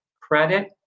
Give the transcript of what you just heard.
credit